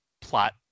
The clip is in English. plot